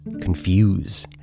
confuse